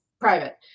private